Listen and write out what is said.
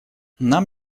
нам